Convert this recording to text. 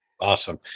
Awesome